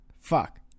Fuck